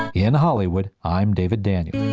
in hollywood, i'm david daniel